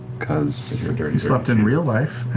because you slept in real life